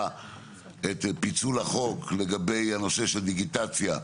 את פיצול החוק לגבי הנושא של דיגיטציה,